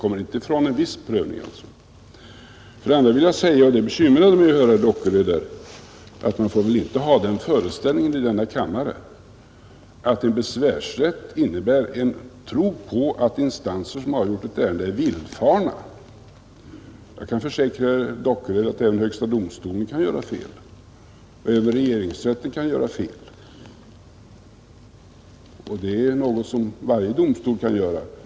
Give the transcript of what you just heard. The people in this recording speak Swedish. För det andra får man väl inte i denna kammare ha den föreställningen — och det bekymrade mig att höra vad herr Dockered sade här — att en besvärsrätt innebär en tro på att underinstanser som avgjort ett ärende är villfarna. Jag kan försäkra herr Dockered att även högsta domstolen och regeringsrätten kan göra fel; det kan varje domstol göra.